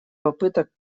попыток